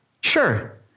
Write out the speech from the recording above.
sure